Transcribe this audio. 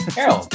Carol